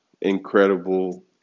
incredible